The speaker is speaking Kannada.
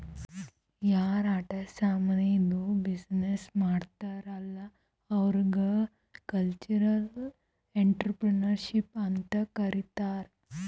ಯಾರ್ ಆಟ ಸಾಮಾನಿದ್ದು ಬಿಸಿನ್ನೆಸ್ ಮಾಡ್ತಾರ್ ಅಲ್ಲಾ ಅವ್ರಿಗ ಕಲ್ಚರಲ್ ಇಂಟ್ರಪ್ರಿನರ್ಶಿಪ್ ಅಂತ್ ಕರಿತಾರ್